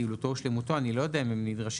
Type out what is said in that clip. יעילותו ושלמותו אני לא יודע אם הם נדרשים.